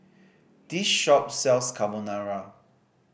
this shop sells Carbonara